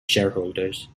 shareholders